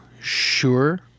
sure